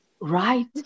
Right